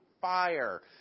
fire